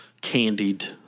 candied